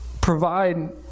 provide